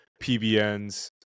PBNs